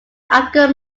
african